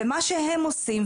ומה שהם עושים,